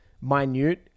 minute